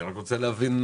אני רק רוצה להבין.